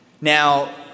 Now